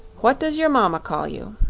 what does your mama call you?